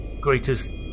greatest